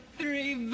three